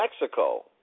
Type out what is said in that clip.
Mexico